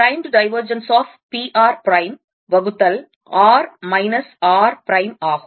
primed divergence of p r prime வகுத்தல் r minus r prime ஆகும்